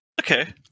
okay